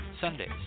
Sundays